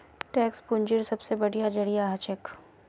tax पूंजीर सबसे बढ़िया जरिया हछेक